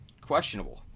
questionable